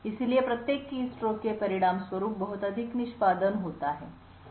इसलिए प्रत्येक कीस्ट्रोक के परिणामस्वरूप बहुत अधिक निष्पादन होता है